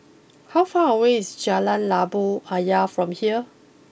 how far away is Jalan Labu Ayer from here